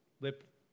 lip